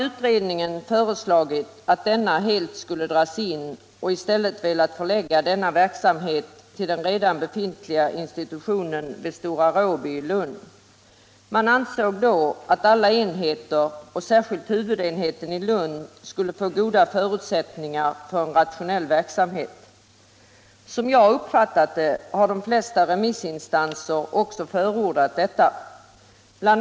Utredningen har föreslagit att denna huvudenhet helt skulle dras in och man har i stället velat förlägga verksamheten till den redan befintliga institutionen vid Stora Råby i Lund. Man ansåg att alla enheter, och särskilt huvudenheten i Lund, då skulle få goda förutsättningar för en rationell verksamhet. Som jag uppfattat det har de flesta remissinstanser också förordat detta. Bl.